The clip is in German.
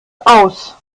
aus